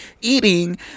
eating